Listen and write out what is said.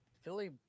Philly